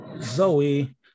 Zoe